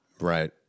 right